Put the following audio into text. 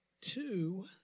two